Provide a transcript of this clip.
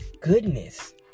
goodness